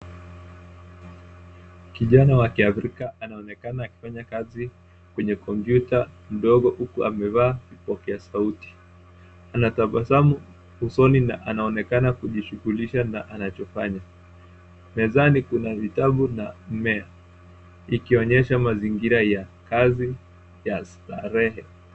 Kijana wa kiafrika anaonekana akifanya kazi kwenye kompyuta ndogo huku amevaa vipokea sauti. Anatabasamu usoni na anaonekana kujishughulisha na anachofanya. Mezani kuna vitabu na mmea ikionyesha mazingira ya kazi ya starehe.